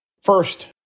First